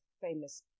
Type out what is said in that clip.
famous